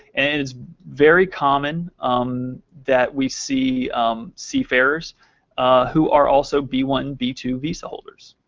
and it's very common um that we see seafarers who are also b one b two visa holders.